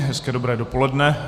Hezké dobré dopoledne.